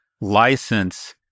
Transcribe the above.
license